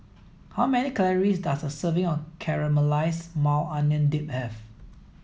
how many calories does a serving of Caramelized Maui Onion Dip have